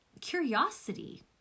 curiosity